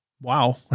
Wow